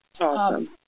Awesome